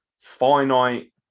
finite